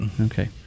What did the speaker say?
Okay